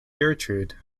gertrude